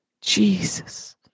Jesus